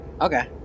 Okay